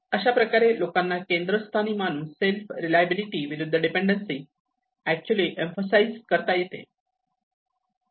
अशाप्रकारे लोकांना केंद्रस्थानी मानून सेल्फ रेलिएबिलिटी विरुद्ध डीपेंडन्सी अॅक्च्युअली इम्फासिझेस करता येते